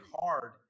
hard